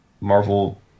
Marvel